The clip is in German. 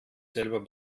selber